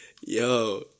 Yo